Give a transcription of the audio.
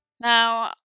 Now